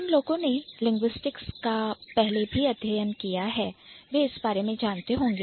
जिन लोगों ने Linguistics भाषा विज्ञान का पहले भी अध्ययन किया है वे इस बारे में जानते होंगे